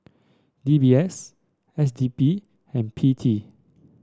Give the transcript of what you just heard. D B S S D P and P T